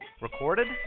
Recorded